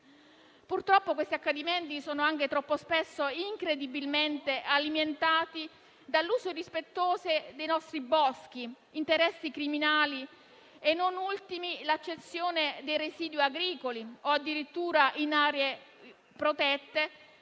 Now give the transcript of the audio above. Purtroppo questi accadimenti sono anche troppo spesso incredibilmente alimentati dall'uso irrispettoso dei nostri boschi, da interessi criminali e, non ultimi, dall'accensione dei residui agricoli o, addirittura in aree protette,